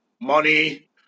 money